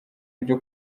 ibyo